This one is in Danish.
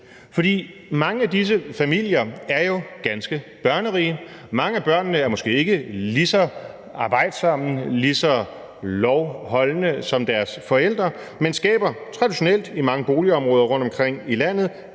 mange af disse familier er jo ganske børnerige. Mange af børnene er måske ikke lige så arbejdsomme og lige så lovoverholdende, som deres forældre, men skaber traditionelt i mange boligområder rundtomkring i landet